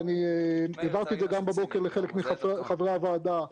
ואני גם אמרתי את זה בבוקר לחלק מחברי הוועדה,